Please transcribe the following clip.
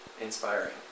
inspiring